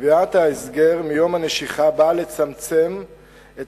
קביעת ההסגר מיום הנשיכה באה לצמצם את